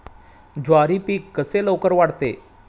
ज्वारी पीक कसे लवकर वाढते?